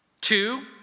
Two